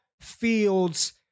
Fields